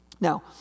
Now